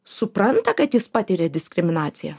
supranta kad jis tiria diskriminaciją